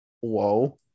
whoa